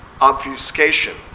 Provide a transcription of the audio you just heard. obfuscation